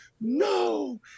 No